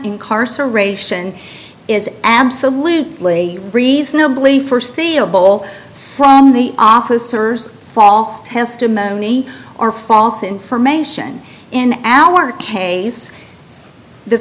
incarceration is absolutely reasonably foreseeable from the officers false testimony or false information in our case the